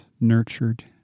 nurtured